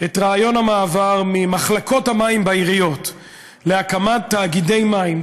את רעיון המעבר ממחלקות המים בעיריות להקמת תאגידי מים,